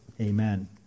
Amen